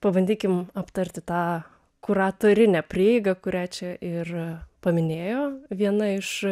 pabandykim aptarti tą kuratorinę prieigą kurią čia ir paminėjo viena iš